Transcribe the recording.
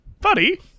buddy